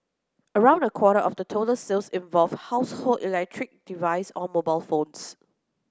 around a quarter of the total sales involved household electric device or mobile phones